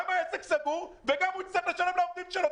גם העסק סגור וגם המעסיק יצטרך לשלם לעובדים שלו.